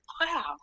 wow